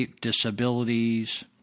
disabilities